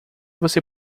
você